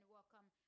welcome